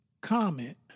comment